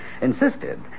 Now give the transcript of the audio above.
insisted